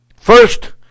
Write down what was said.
First